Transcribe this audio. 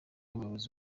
umuyobozi